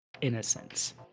innocence